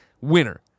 winner